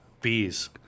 Bees